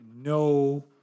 no